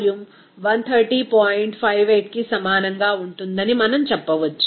58కి సమానంగా ఉంటుందని మనం పొందవచ్చు